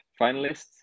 finalists